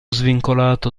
svincolato